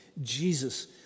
Jesus